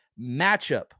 matchup